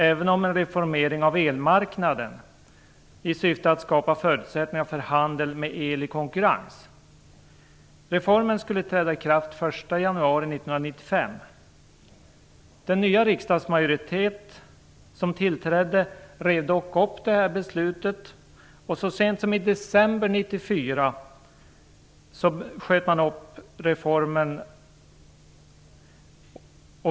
även om en reformering av elmarknaden i syfte att skapa förutsättningar för handel med el i konkurrens. Reformen skulle träda i kraft den 1 januari 1995. Den nya riksdagsmajoritet som tillträdde rev dock upp detta beslut, och så sent om i december 1994 sköt man upp reformen.